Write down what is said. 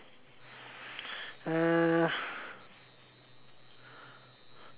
uh